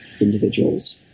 individual's